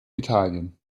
italien